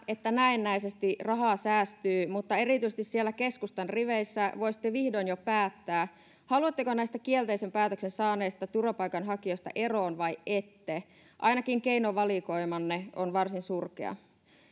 että näennäisesti rahaa säästyy mutta erityisesti siellä keskustan riveissä voisitte vihdoin jo päättää haluatteko näistä kielteisen päätöksen saaneista turvapaikanhakijoista eroon vai ette ainakin keinovalikoimanne on varsin surkea